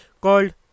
called